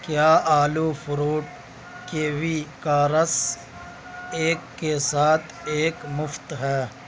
کیا آلو fruit kiwi کا رس ایک کے ساتھ ایک مفت ہے